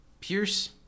Pierce